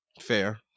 fair